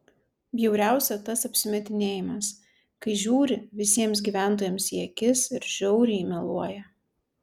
bjauriausia tas apsimetinėjimas kai žiūri visiems gyventojams į akis ir žiauriai meluoja